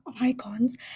icons